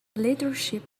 leadership